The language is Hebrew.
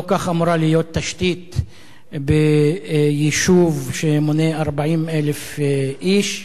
לא כך אמורה להיות תשתית ביישוב שמונה כמעט 40,000 איש.